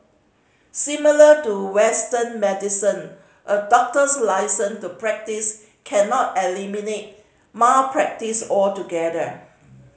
similar to Western medicine a doctor's licence to practise cannot eliminate malpractice altogether